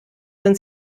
sind